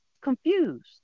confused